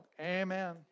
Amen